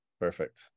perfect